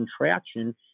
contraction